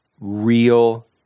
real